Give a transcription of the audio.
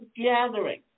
gathering